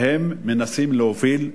והם מנסים להוביל,